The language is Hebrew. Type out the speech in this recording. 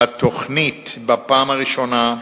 התוכנית מכירה, בפעם הראשונה,